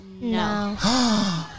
No